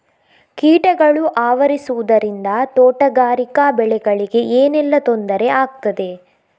ಕೀಟಗಳು ಆವರಿಸುದರಿಂದ ತೋಟಗಾರಿಕಾ ಬೆಳೆಗಳಿಗೆ ಏನೆಲ್ಲಾ ತೊಂದರೆ ಆಗ್ತದೆ?